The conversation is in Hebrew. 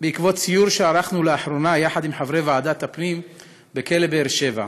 בעקבות סיור שערכנו לאחרונה יחד עם חברי ועדת הפנים בכלא באר שבע.